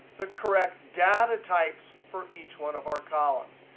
the correct data types for each one of our columns.